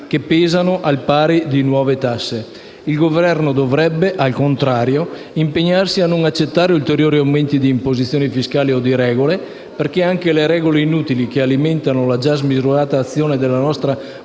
Il Governo dovrebbe, al contrario, impegnarsi a non accettare ulteriori aumenti di imposizione fiscale o di regole perché anche le regole inutili, che alimentano la già smisurata azione della nostra burocrazia,